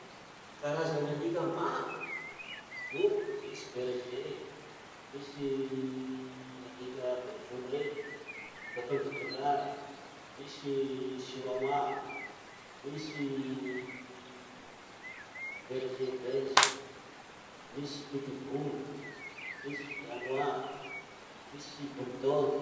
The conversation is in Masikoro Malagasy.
Karazan'alika maro: oh!, misy berger, misy alika bevolo rey coton de tuléar, misy chihuahua, misy berge belge, misy pitbul, misy danois, misy bulldog.